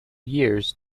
years